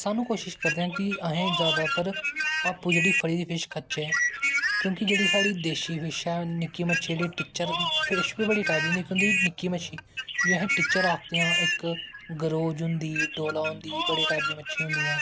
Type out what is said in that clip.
स्हानू कोशिश करदे आं कि अस जादातर आपूं जेह्ड़ी फड़ी दी फिश खाह्चै क्योंकि जेह्ड़ी साढ़ी देस्सी फिश ऐ निक्की मच्छी आह्ली टिच्चर फिश बी बड़ी टाईप दी होंदी इक होंदी निक्की मच्छी जिसी अस टिच्चर आखदे आं इक गरोज़ होंदी डोला होंदी बड़े टाईप दी मच्छियां होंदियां